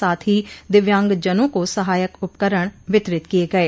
साथ ही दिव्यांगजनों को सहायक उपकरण वितरित किय गये